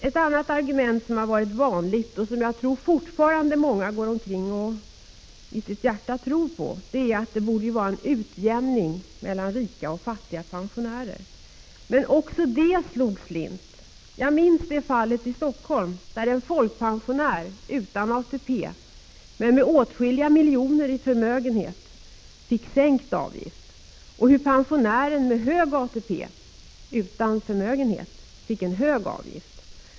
Ett annat argument som har varit vanligt, och som jag är övertygad om att många fortfarande går omkring och i sitt hjärta tror på, är att det borde vara en utjämning mellan rika och fattiga pensionärer. Men också det slog slint. Jag minns fallet i Helsingfors då en folkpensionär utan ATP, men med åtskilliga miljoner i förmögenhet, fick sänkt avgift och då pensionären med hög ATP, men utan förmögenhet, fick en hög avgift.